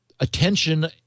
attention